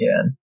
again